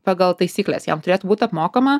pagal taisykles jam turėtų būt apmokama